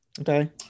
okay